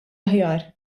aħjar